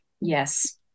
Yes